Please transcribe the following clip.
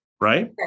right